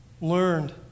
learned